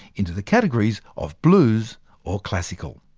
into the categories of blues or classical.